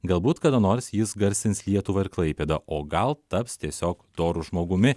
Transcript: galbūt kada nors jis garsins lietuvą ir klaipėdą o gal taps tiesiog doru žmogumi